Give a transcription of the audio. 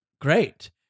great